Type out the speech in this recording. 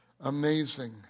amazing